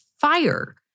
fire